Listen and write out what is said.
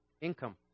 Income